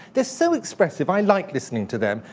they're so expressive. i like listening to them.